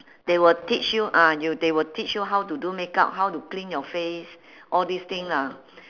they will teach you ah you they will teach you how to do makeup how to clean your face all these thing lah